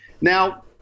Now